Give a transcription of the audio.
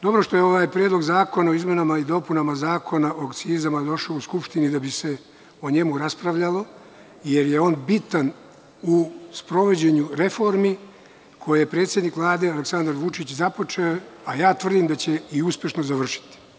Dobro je što je ovaj Predlog zakona o izmenama i dopunama Zakona o akcizama došao u Skupštinu da bi se o njemu raspravljalo, jer je on bitan u sprovođenju reformi koje je predsednik Vlade Aleksandar Vučić započeo, a ja tvrdim da će ih i uspešno završiti.